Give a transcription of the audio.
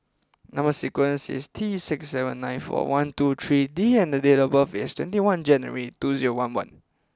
number sequence is T six seven nine four one two three D and the date of birth is twenty one January two zero one one